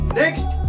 next